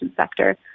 sector